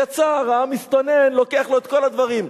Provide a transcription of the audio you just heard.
יצא, ראה מסתנן לוקח לו את כל הדברים.